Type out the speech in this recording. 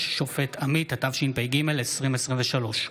התשפ"ג 2023,